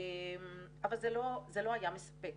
אבל זה לא היה מספק